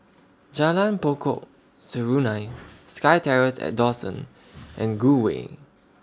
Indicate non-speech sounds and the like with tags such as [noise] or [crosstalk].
Jalan Pokok Serunai [noise] SkyTerrace At Dawson [noise] and Gul Way